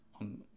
on